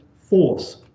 force